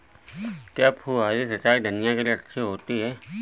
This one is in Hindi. क्या फुहारी सिंचाई धनिया के लिए अच्छी होती है?